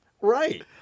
Right